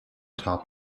top